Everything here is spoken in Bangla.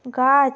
গাছ